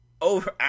over